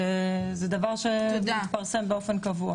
זה דבר שמתפרסם באופן קבוע.